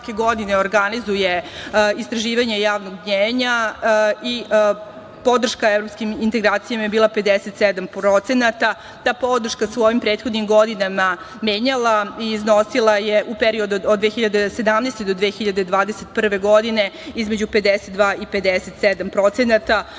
godine organizuje istraživanje javnog mnjenja i podrška evropskim integracijama je bila 57%. Ta podrška se u ovim prethodnim godinama menjala i iznosila je u periodu od 2017. do 2021. godine između 52% i 57%.